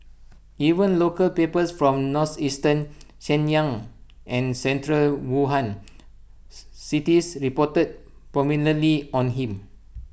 even local papers from northeastern Shenyang and central Wuhan C cities reported prominently on him